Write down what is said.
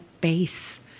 base